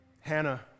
Hannah